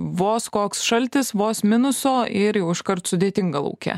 vos koks šaltis vos minuso ir jau iškart sudėtinga lauke